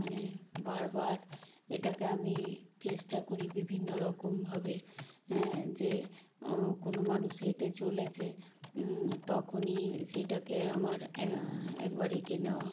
মানে বারবার এটাকে আমি চেষ্টা করি বিভিন্ন রকমভাবে হ্যাঁ যে কোনো মানুষ হেঁটে চলেছে তখনই সেটাকে আমার একবার এঁকে নেওয়া